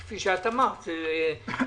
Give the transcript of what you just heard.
כפי שאת אמרת אותה.